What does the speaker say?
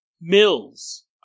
Mills